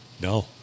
no